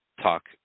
talk